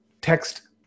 text